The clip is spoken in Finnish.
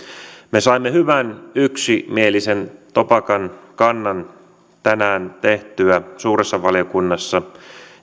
me saimme hyvän yksimielisen topakan kannan tänään tehtyä suuressa valiokunnassa